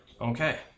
Okay